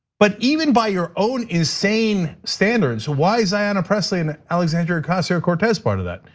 but even by your own insane standards, why is ayanna pressley and alexandria ocasio-cortez part of that?